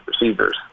receivers